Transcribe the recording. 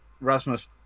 Rasmus